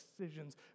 decisions